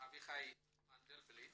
אביחי מנדלבליט